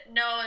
no